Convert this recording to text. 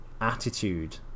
attitude